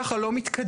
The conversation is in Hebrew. ככה לא מתקדמים.